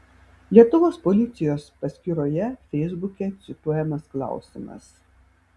lietuvos policijos paskyroje feisbuke cituojamas klausimas